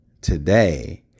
today